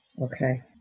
okay